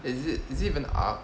is it is it even up